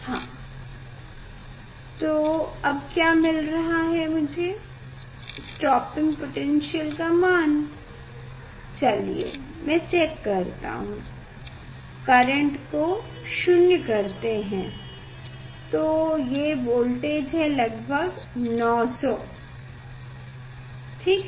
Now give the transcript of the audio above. हाँ तो अब क्या मिल रहा है मुझे स्टॉपिंग पोटैन्श्यल का मान चलिये मैं चेक करता हूँ करेंट को 0 करते हैं तो ये वोल्टेज है लगभग 900 ठीक